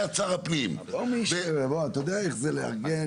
אין --- על השומה הוא יכול להגיש ערר.